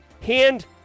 hand